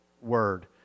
word